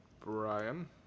Brian